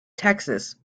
texas